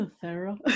Sarah